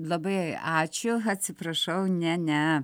labai ačiū atsiprašau ne ne